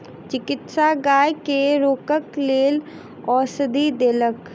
चिकित्सक गाय के रोगक लेल औषधि देलक